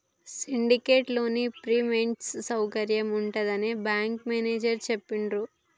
syndicate loan free payment సౌకర్యం ఉంటుందని bank manager చెప్పిండ్రు